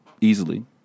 easily